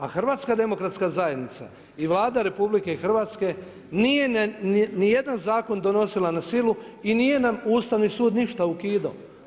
A HDZ i Vlada RH nije nijedan zakon donosila na silu i nije nam Ustavni sud ništa ukido.